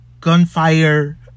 gunfire